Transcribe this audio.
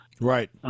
Right